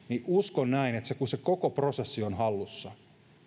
uskon näin että kun se koko prosessi on hallussa